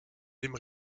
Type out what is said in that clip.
dem